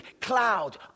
cloud